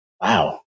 Wow